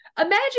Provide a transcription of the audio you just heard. imagine